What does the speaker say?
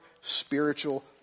spiritual